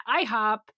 IHOP